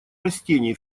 растений